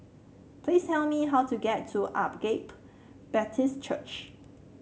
please tell me how to get to Agape Baptist Church